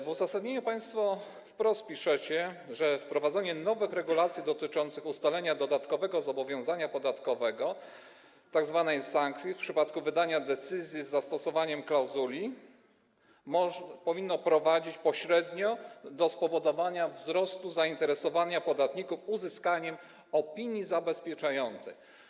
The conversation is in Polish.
W uzasadnieniu piszecie państwo wprost, że wprowadzanie nowych regulacji dotyczących ustalenia dodatkowego zobowiązania podatkowego, tzw. sankcji, w przypadku wydania decyzji z zastosowaniem klauzuli powinno prowadzić pośrednio do spowodowania wzrostu zainteresowania podatników uzyskaniem opinii zabezpieczającej.